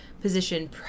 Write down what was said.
position